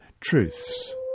truths